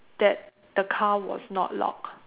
that the car was not locked